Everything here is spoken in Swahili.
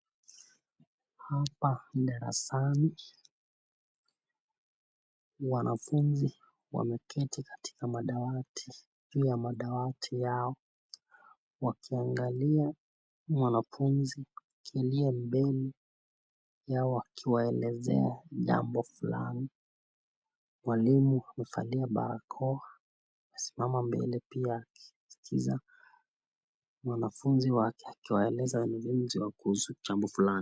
Hapa darasani wanafunzi wameketi katika madawati juu ya madawati yao wakiangalia mwanafunzi aliye mbele yao akiwaelezea jambo fulani. Walimu amevalia barakoa, amesimama mbele pia, akisikiza mwanafunzi wake akiwaeleza wenzio kuhusu kuzungumza.